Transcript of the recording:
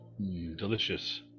delicious